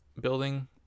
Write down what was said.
building